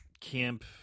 Camp